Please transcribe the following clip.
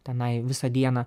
tenai visą dieną